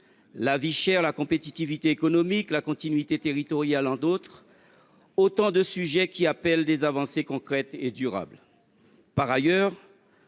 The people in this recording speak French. la vie chère, à la compétitivité économique ou à la continuité territoriale – autant de sujets qui appellent des avancées concrètes et durables. Au moment